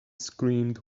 screamed